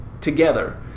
together